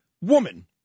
woman